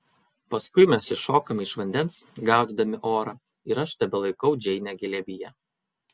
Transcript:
paskui mes iššokame iš vandens gaudydami orą ir aš tebelaikau džeinę glėbyje